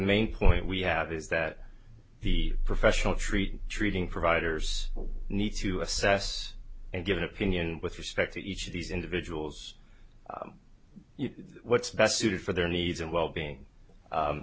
main point we have is that the professional treatment treating providers need to assess and give an opinion with respect to each of these individuals what's best suited for their needs and well being